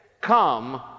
come